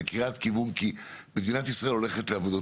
זו קריאת כיוון כי מדינת ישראל הולכת לעבודות